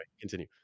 continue